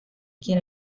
quien